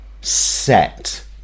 set